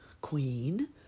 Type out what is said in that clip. queen